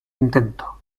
intento